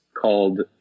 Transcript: called